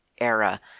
era